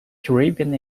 caribbean